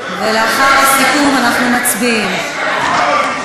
ולאחר הסיכום אנחנו מצביעים.